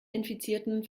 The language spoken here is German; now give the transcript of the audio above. infizierten